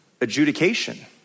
adjudication